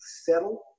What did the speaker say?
settle